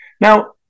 Now